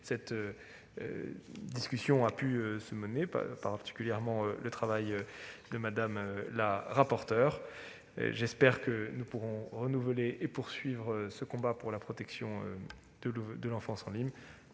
cette discussion a pu être menée et salue particulièrement le travail de Mme la rapporteure. J'espère que nous pourrons renouveler et poursuivre ce combat pour la protection de l'enfance en ligne.